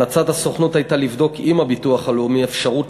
המלצת הסוכנות הייתה לבדוק עם הביטוח הלאומי אפשרות